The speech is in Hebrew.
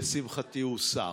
לשמחתי, הוסר.